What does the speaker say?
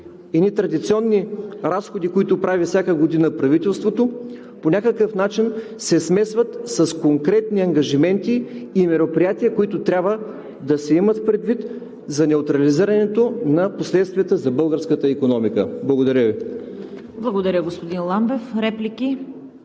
едни традиционни разходи, които прави всяка година правителството, по някакъв начин се смесват с конкретни ангажименти и мероприятия, които трябва да се имат предвид за неутрализирането на последствията за българската икономика. Благодаря Ви. ПРЕДСЕДАТЕЛ ЦВЕТА КАРАЯНЧЕВА: Благодаря, господин Ламбев. Реплики?